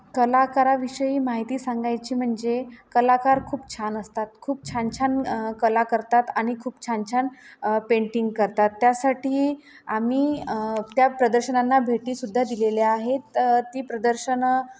कलाकाराविषयी माहिती सांगायची म्हणजे कलाकार खूप छान असतात खूप छान छान कला करतात आणि खूप छान छान पेंटिंग करतात त्यासाठी आम्ही त्या प्रदर्शनांना भेटीसुद्धा दिलेल्या आहेत ती प्रदर्शनं